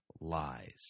lies